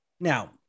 Now